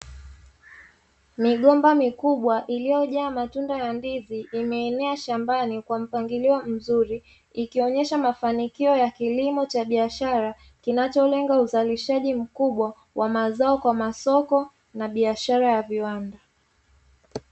Migomba mikubwa iliyojaa matunda ya ndizi imeenea shambani kwa mpangilio mzuri, ikionesha mafanikio ya kilimo cha biashara kinacholenga uzalishaji mkubwa wa mazao kwa masoko na biashara ya viwanda.